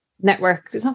Network